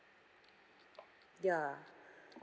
ya